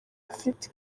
afite